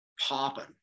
popping